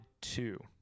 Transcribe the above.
two